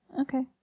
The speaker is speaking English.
Okay